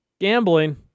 gambling